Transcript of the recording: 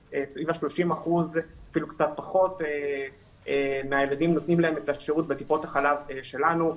ל-30% מהילדים, אפילו קצת פחות, בטיפות החלב שלנו.